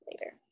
later